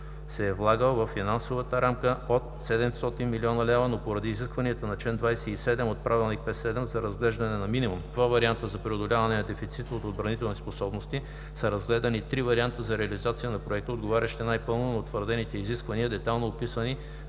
се е влагал във финансовата рамка от 700 млн. лв., но поради изискванията на чл. 27 от ПУЖЦОП за разглеждане на минимум два варианта за преодоляване на дефицита от отбранителни способности са разгледани три варианта за реализация на Проекта, отговарящи най пълно на утвърдените изисквания, детайлно описани